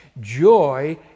joy